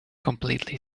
completely